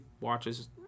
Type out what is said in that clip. watches